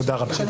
תודה רבה.